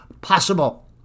possible